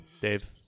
Dave